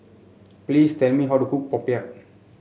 please tell me how to cook Popiah